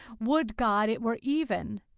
would god it were even!